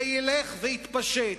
זה ילך ויתפשט,